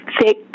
thick